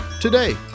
today